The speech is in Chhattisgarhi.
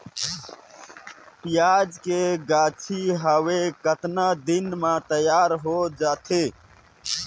पियाज के गाछी हवे कतना दिन म तैयार हों जा थे?